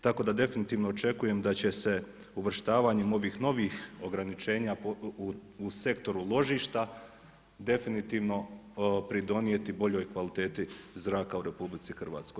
Tako da definitivno očekujem da će se uvrštavanjem ovih novih ograničenja u sektoru ložišta definitivno pridonijeti boljoj kvaliteti zraka u RH.